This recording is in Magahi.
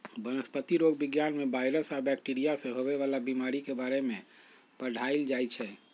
वनस्पतिरोग विज्ञान में वायरस आ बैकटीरिया से होवे वाला बीमारी के बारे में पढ़ाएल जाई छई